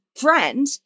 friend